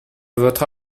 votre